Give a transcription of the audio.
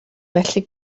felly